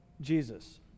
Jesus